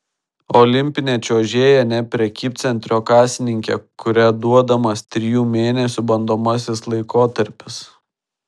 olimpinė čiuožėja ne prekybcentrio kasininkė kuria duodamas trijų mėnesių bandomasis laikotarpis